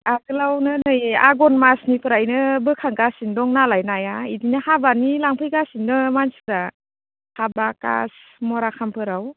आगोलावनो नै आगन मासनिफ्रायनो बोखांगासिनो दं नालाय नाया बिदिनो हाबानि लांफैगासिनो मानसिफ्रा हाबा कास मराखामफोराव